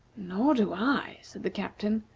nor do i, said the captain,